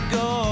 go